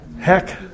Heck